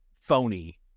phony